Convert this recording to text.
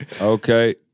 Okay